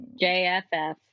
jff